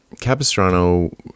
Capistrano